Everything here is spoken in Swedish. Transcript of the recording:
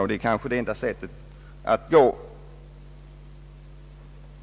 Men det är kanske enda sättet.